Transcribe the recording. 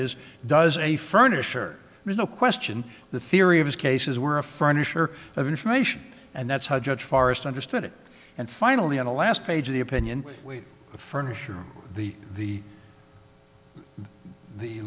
is does a furniture there's no question the theory of his cases were a furniture of information and that's how judge forrest understood it and finally on the last page of the opinion we furnish the the the